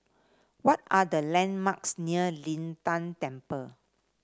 what are the landmarks near Lin Tan Temple